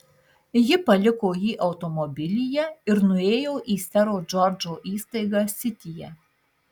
ji paliko jį automobilyje ir nuėjo į sero džordžo įstaigą sityje